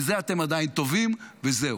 בזה אתם עדיין טובים, וזהו.